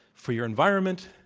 for your environment,